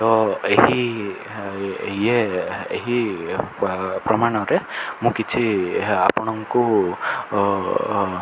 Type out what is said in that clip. ତ ଏହି ଇ ଏହି ପ୍ରମାଣରେ ମୁଁ କିଛି ଆପଣଙ୍କୁ